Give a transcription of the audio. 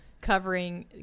covering